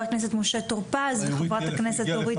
הכנסת משה טור פז וחברת הכנסת אורית סטרוק.